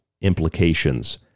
implications